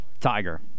Tiger